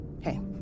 Hey